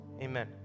amen